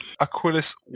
Aquilus